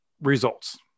results